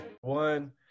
One